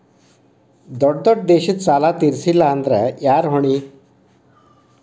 ದೊಡ್ಡ ದೊಡ್ಡ ದೇಶದ ಸಾಲಾ ತೇರಸ್ಲಿಲ್ಲಾಂದ್ರ ಯಾರ ಹೊಣಿ?